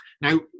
Now